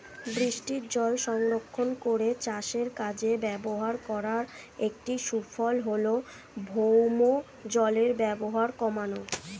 বৃষ্টিজল সংরক্ষণ করে চাষের কাজে ব্যবহার করার একটি সুফল হল ভৌমজলের ব্যবহার কমানো